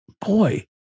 boy